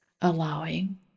allowing